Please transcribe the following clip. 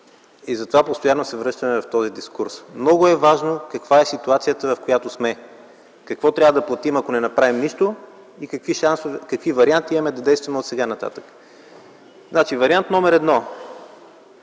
затова постоянно се връщаме в този дискурс. Много е важно каква е ситуацията, в която сме – какво трябва да платим, ако не направим нищо и какви варианти имаме да действаме отсега нататък. Вариант № 1.